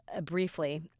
Briefly